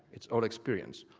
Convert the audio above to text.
it's all experience,